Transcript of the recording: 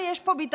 מרגי,